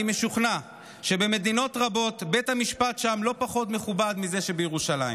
אני משוכנע שבמדינות רבות בית המשפט לא פחות מכובד מזה שבירושלים.